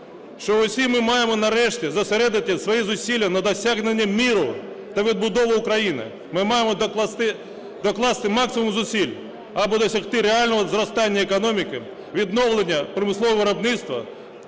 що усі ми маємо нарешті зосередити свої зусилля на досягненні миру та відбудови України. Ми маємо докласти максимум зусиль, аби досягти реального зростання економіки, відновлення промислового виробництва